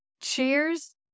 cheers